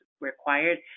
required